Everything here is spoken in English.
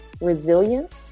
resilience